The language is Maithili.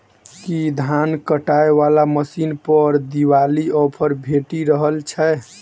की धान काटय वला मशीन पर दिवाली ऑफर भेटि रहल छै?